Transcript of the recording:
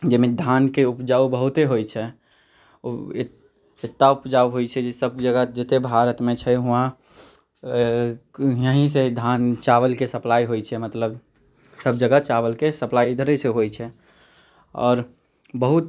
जाहिमे धानके उपजा बहुते होइत छै एते उपजा होइत छै जे सभ जगह भारतमे जे छै वहाँ यहीँ से धान चावलके सप्लाइ होइत छै मतलब सभ जगह चावलके सप्लाइ इधरे से होइत छै आओर बहुत